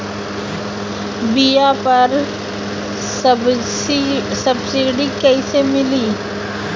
बीया पर सब्सिडी कैसे मिली?